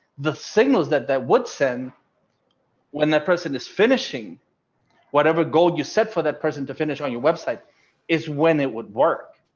the signals that that would send when that person is finishing whatever goal you set for that person to finish on your website is when it would work.